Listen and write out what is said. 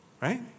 right